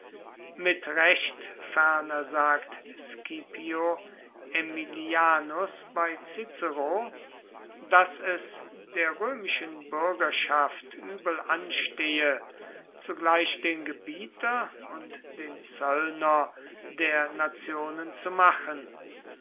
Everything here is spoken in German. mit recht ferner sagt scipio aemilianus bei cicero daß es der römischen bürgerschaft übel anstehe zugleich den gebieter und den zöllner der nationen zu machen